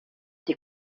die